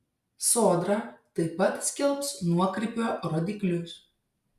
sodra taip pat skelbs nuokrypio rodiklius